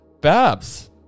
babs